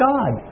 God